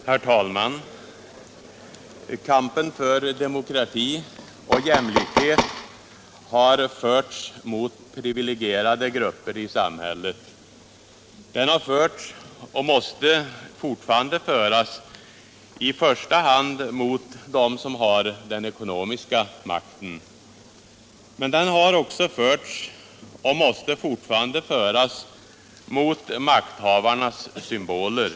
Herr talman! Kampen för demokrati och jämlikhet har förts mot privilegierade grupper i samhället. Den har förts och måste fortfarande föras i första hand mot dem som har den ekonomiska makten. Men den har också förts och måste fortfarande föras mot makthavarnas symboler.